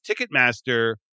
Ticketmaster